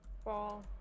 Fall